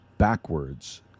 backwards